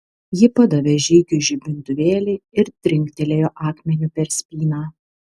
ji padavė žygiui žibintuvėlį ir trinktelėjo akmeniu per spyną